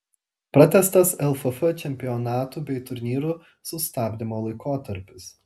pratęstas lff čempionatų bei turnyrų sustabdymo laikotarpis